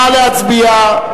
נא להצביע.